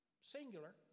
singular